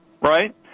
right